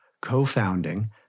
co-founding